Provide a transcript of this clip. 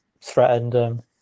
threatened